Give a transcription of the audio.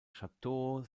château